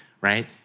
right